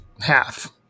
half